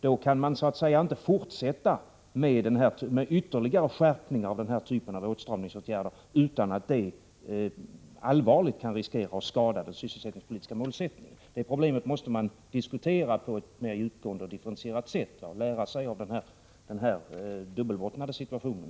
Då kan vi inte fortsätta med ytterligare skärpning av denna typ av åtstramningsåtgärder utan att riskera att allvarligt skada den sysselsättningspolitiska målsättningen. Det problemet måste man diskutera på ett mera djupgående och differentierat sätt och lära sig av den här dubbelbottnade situationen.